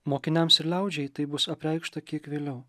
mokiniams ir liaudžiai tai bus apreikšta kiek vėliau